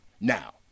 Now